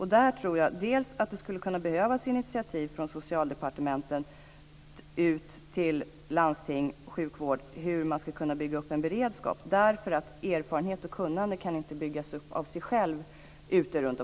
Här tror jag att det skulle behövas initiativ från Socialdepartementet ut till landsting, sjukvård till att bygga upp en beredskap, därför att erfarenhet och kunnande kan inte byggas upp av sig självt.